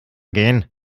gehen